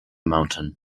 mountain